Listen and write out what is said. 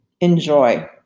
Enjoy